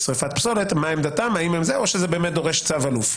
מה עמדתם או שזה באמת דורש צו אלוף.